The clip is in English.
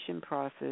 process